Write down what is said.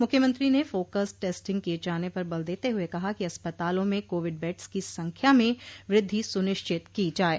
मुख्यमंत्री ने focused testing किये जाने पर बल देते हुए कहा कि अस्पतालों में कोविड बेड़स की संख्या में वृद्धि सुनिश्चित की जाये